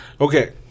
Okay